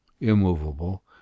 immovable